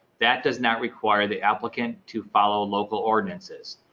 that does not require the applicant to follow local ordinances.